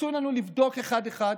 לבדוק אחד-אחד,